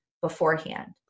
beforehand